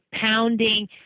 pounding